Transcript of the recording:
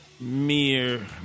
mere